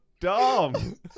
dumb